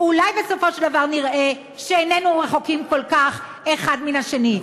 אולי בסופו של דבר נראה שאיננו רחוקים כל כך האחד מן השני.